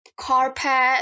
carpet